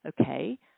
okay